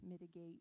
mitigate